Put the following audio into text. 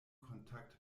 kontakt